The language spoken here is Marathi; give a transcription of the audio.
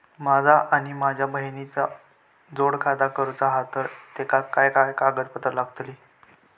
माझा आणि माझ्या बहिणीचा जोड खाता करूचा हा तर तेका काय काय कागदपत्र लागतली?